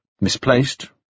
misplaced